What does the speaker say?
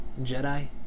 Jedi